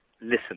Listen